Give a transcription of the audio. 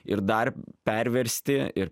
ir dar perversti ir